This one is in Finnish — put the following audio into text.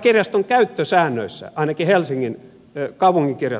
kirjaston käyttösäännöissä ainakin helsingin kaupunginkirjaston osalta